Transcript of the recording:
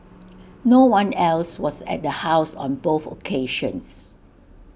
no one else was at the house on both occasions